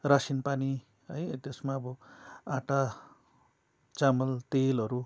रासिन पानी है त्यसमा अब आटा चामल तेलहरू